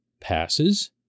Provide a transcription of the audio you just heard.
passes